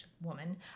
woman